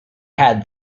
had